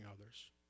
others